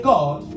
God